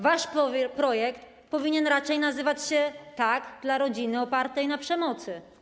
Wasz projekt powinien raczej nazywać się: tak dla rodziny opartej na przemocy.